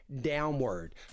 downward